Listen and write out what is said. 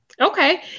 Okay